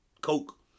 coke